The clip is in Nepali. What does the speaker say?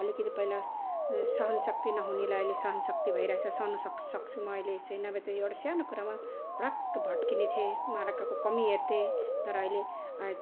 अलिकति पहिला सहन शक्ति नहुनेलाई अहिले सहन शक्ति भइरहेछ छ सहन सक्छु म अहिले चाहिँ नभए चाहिँ एउटा स्यानो कुरामा भडक्क भड्किने थिएँ म आर्काको कमी हेर्थेँ तर अहिले